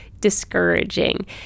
discouraging